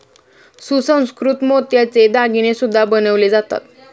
सुसंस्कृत मोत्याचे दागिने सुद्धा बनवले जातात